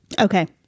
okay